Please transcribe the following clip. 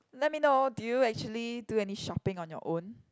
let me know do you actually do any shopping on your own